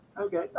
Okay